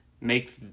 make